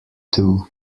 two